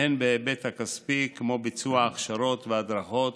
והן בהיבט הכספי, כמו ביצוע הכשרות והדרכות